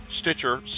Stitcher